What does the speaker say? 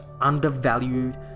undervalued